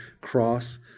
cross